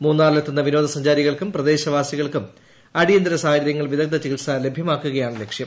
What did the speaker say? മൂന്നാറിലെത്തുന്ന വിനോദ സഞ്ചാരികൾക്കും പ്രദേശവാസികൾക്കും അടിയന്തര സാഹചര്യങ്ങളിൽ വിദഗ്ദ്ധ ചികിത്സ ലഭ്യമാക്കുകയാണ് ലക്ഷ്യം